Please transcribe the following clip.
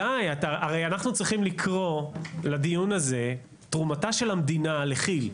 הרי אנחנו צריכים לקרוא לדיון הזה תרומתה של המדינה לכי"ל,